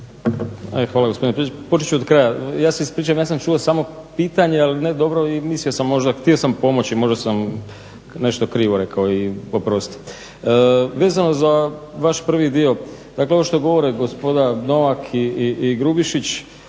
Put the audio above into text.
sam ispričavam ja sam čuo samo pitanje ali ne dobro i htio sam pomoći, možda sam krivo rekao i oprostite. Vezano za vaš prvi dio dakle ovo što govore gospoda Novak i Grubišić,